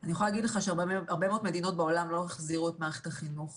אני יכולה להגיד לך שהרבה מאוד מדינות בעולם לא החזירו את מערכת החינוך